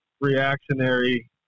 reactionary